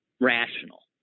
Rational